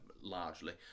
Largely